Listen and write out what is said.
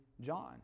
John